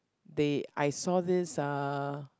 they I saw this uh